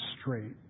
straight